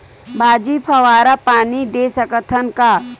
भाजी फवारा पानी दे सकथन का?